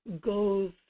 goes